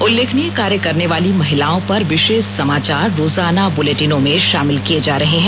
उल्लेखनीय कार्य करने वाली महिलाओं पर विशेष समाचार रोजाना बुलेटिनों में शामिल किये जा रहे हैं